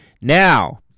Now